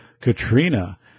Katrina